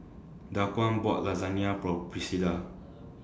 Daquan bought Lasagna For Priscila